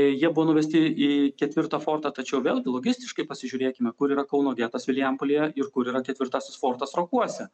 jie buvo nuvesti į ketvirtą fortą tačiau vėlgi logistiškai pasižiūrėkime kur yra kauno getas vilijampolėje ir kur yra ketvirtasis fortas trakuose